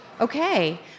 Okay